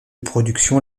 production